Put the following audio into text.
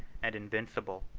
and invincible.